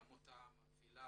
העמותה מפעילה